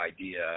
idea